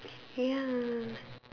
ya